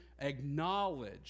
acknowledge